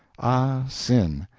ah sin,